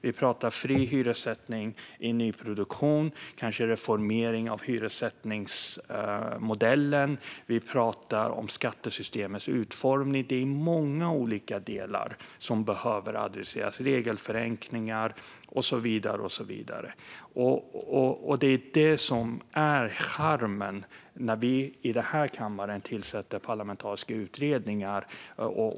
Vi pratar fri hyressättning i nyproduktion och kanske reformering av hyressättningsmodellen. Vi pratar om skattesystemens utformning. Det är många olika delar som behöver adresseras - regelförenklingar och så vidare. Det är det som är charmen med att vi i denna kammare tillsätter parlamentariska utredningar.